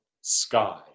sky